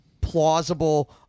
plausible